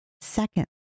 second